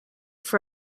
for